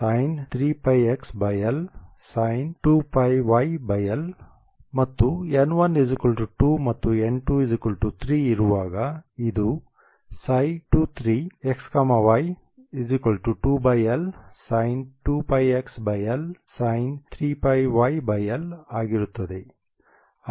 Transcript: ಮತ್ತು n1 2 ಮತ್ತು n2 3 ಇರುವಾಗ ಇದು 2 3xy2Lsin2πxLsin3πyL ಆಗಿರುತ್ತದೆ